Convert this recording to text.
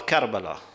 Karbala